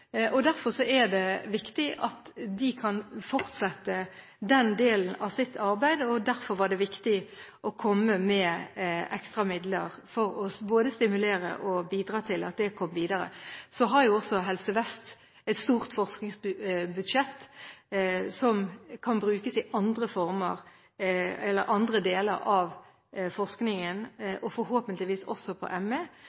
ut. Derfor er det viktig at de kan fortsette den delen av sitt arbeid, og derfor var det viktig å komme med ekstra midler for både å stimulere og bidra til at det kom videre. Så har også Helse Vest et stort forskningsbudsjett som kan brukes innen andre deler av forskningen,